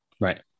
Right